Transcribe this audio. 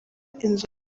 inzu